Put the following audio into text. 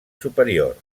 superior